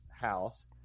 house